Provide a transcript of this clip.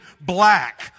black